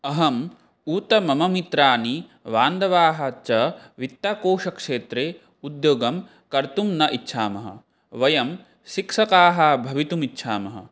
अहम् ऊत मम मित्राणि वान्धवाः च वित्तकोशक्षेत्रे उद्योगं कर्तुं न इच्छामः वयं शिक्षकाः भवितुम् इच्छामः